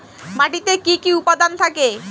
মাটিতে কি কি উপাদান থাকে?